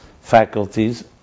faculties